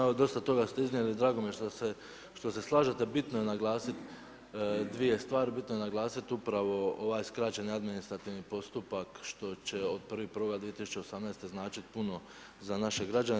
Evo, dosta toga ste iznijeli, drago mi je što se slažete, bitno je naglasiti 2 stvari, bitno je naglasiti, upravo ovaj skraćeni administrativni postupak što će od 1.1.2018. značiti puno za naše građane.